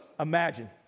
Imagine